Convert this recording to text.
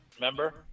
Remember